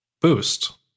boost